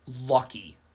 lucky